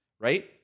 Right